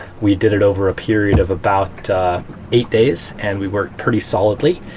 we did it over a period of about eight days, and we worked pretty solidly.